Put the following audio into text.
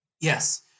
Yes